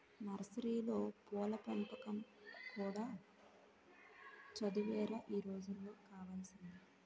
నర్సరీలో పూల పెంపకం కూడా చదువేరా ఈ రోజుల్లో కావాల్సింది